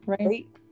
Right